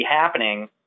happening